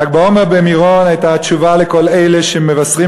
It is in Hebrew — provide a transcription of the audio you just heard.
ל"ג בעומר במירון היה התשובה לכל אלה שמבשרים